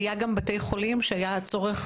היו גם בתי חולים שהיה צורך,